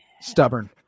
stubborn